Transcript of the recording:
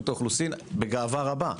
רשות האוכלוסין בגאווה גדולה,